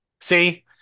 See